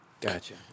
Gotcha